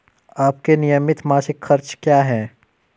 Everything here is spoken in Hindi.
आपके नियमित मासिक खर्च क्या हैं?